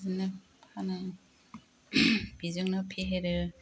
बिदिनो फानो बेजोंनो फेहेरो